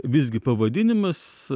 visgi pavadinimas